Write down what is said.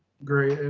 great.